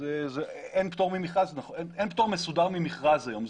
אין פטור מסודר ממכרז היום,